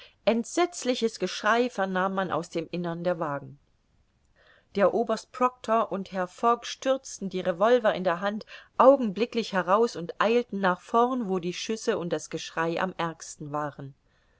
entsetzliches geschrei vernahm man aus dem innern der wagen der oberst proctor und herr fogg stürzten die revolver in der hand augenblicklich heraus und eilten nach vorn wo die schüsse und das geschrei am ärgsten waren